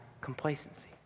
complacency